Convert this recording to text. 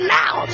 now